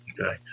Okay